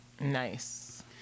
Nice